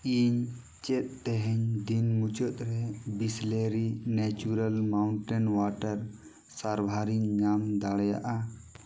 ᱤᱧ ᱪᱮᱫ ᱛᱮᱦᱮᱧ ᱫᱤᱱ ᱢᱩᱪᱟᱹᱫᱨᱮ ᱵᱤᱥᱞᱮᱨᱤ ᱱᱮᱪᱟᱨᱮᱞ ᱢᱟᱣᱩᱱᱴᱮᱱ ᱳᱣᱟᱴᱟᱨ ᱥᱟᱨᱵᱷᱟᱨᱤᱧ ᱧᱟᱢ ᱫᱟᱲᱮᱭᱟᱜᱼᱟ